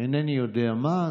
אינני יודע מה,